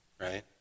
right